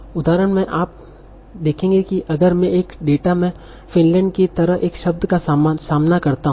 उदाहरण में आप देखेंगे कि अगर मैं अपने डेटा में फिनलैंड' की तरह एक शब्द का सामना करता हूँ